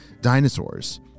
dinosaurs